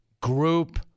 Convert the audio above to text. Group